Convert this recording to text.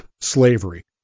slavery